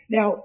Now